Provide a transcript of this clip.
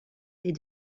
est